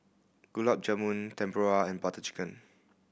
Gulab Jamun Tempura and Butter Chicken